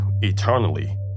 eternally